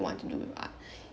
want to do with art